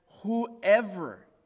Whoever